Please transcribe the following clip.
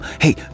Hey